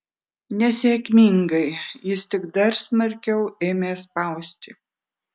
nesėkmingai jis tik dar smarkiau ėmė spausti